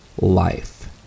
life